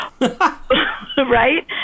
right